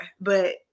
but-